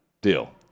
deal